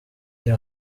jya